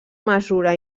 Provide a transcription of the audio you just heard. mesura